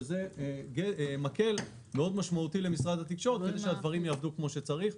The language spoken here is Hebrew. שזה מקל מאוד משמעותי למשרד התקשורת כדי שהדברים יעבדו כמו שצריך.